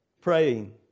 praying